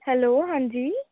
hello हां जी